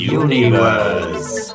universe